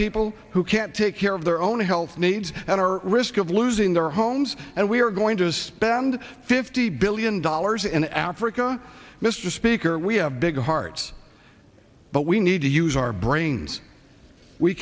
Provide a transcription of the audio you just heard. people who can't take care of their own health needs and our risk of losing their homes and we are going to spend fifty billion dollars an hour for mr speaker we have big hearts but we need to use our brains we